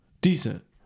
Decent